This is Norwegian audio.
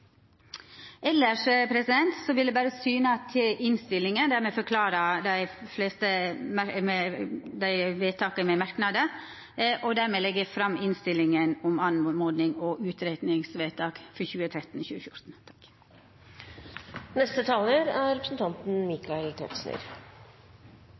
vil eg berre vise til innstillinga, der me forklarer vedtaka med merknader, og eg tilrår med dette innstillinga om oppmodings- og utgreiingsvedtak for